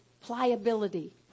Pliability